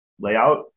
layout